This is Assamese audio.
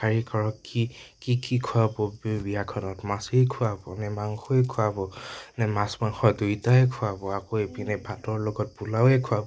কাৰিকৰক কি কি কি খোৱাব বিয়াখনত মাছেই খোৱাব নে মাংসই খোৱাব নে মাছ মাংস দুইটাই খোৱাব আকৌ এইপিনে ভাতৰ লগত পোলাওয়ে খোৱাব